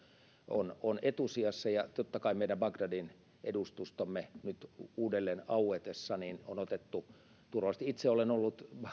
on on etusijalla ja ja totta kai meidän bagdadin edustustomme nyt uudelleen auetessa on otettu turvallisuusasiat huomioon itse olen ollut